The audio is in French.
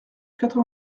quatre